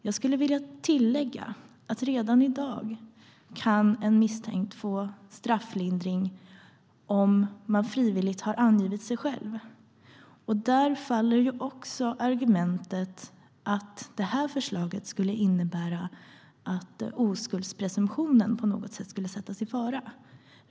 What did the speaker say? Jag skulle vilja tillägga att redan i dag kan en misstänkt få strafflindring om han eller hon frivilligt har angivit sig själv. Där faller också argumentet att det här förslaget skulle innebära att oskuldspresumtionen på något sätt skulle sättas i fara.